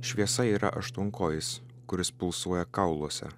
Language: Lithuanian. šviesa yra aštuonkojis kuris pulsuoja kauluose